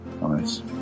nice